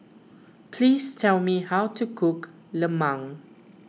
please tell me how to cook Lemang